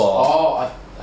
orh I understand